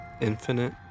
Infinite